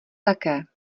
také